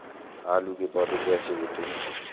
आलू के पौधे कैसे होते हैं?